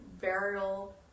burial